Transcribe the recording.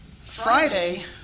Friday